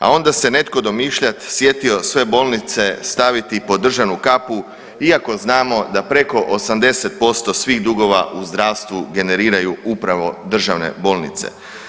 A onda se onda netko domišljat sjetio sve bolnice staviti pod državnu kapu iako znamo da preko 80% svih dugova u zdravstvu generiraju upravo državne bolnice.